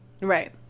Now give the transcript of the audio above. Right